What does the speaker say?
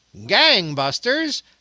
Gangbusters